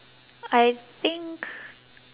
I think